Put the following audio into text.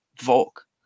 Volk